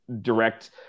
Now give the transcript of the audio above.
direct –